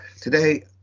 today